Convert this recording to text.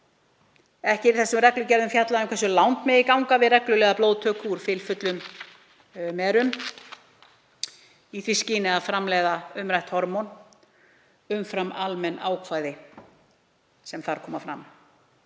Ekki er í þessum reglugerðum fjallað um hversu langt megi ganga við reglulega blóðtöku úr fylfullum merum í því skyni að framleiða umrætt hormón umfram almenn ákvæði sem þar koma fram.